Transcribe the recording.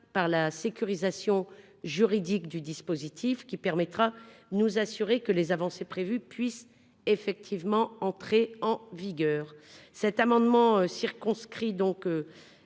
par la sécurisation juridique du dispositif afin de nous assurer que les avancées prévues puissent effectivement entrer en vigueur.